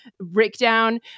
breakdown